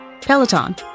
peloton